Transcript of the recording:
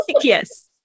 yes